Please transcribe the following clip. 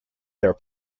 their